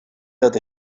though